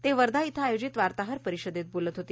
ते वर्धा इथं आयोजीत वार्ताहर परिषदेत बोलत होते